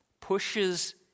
pushes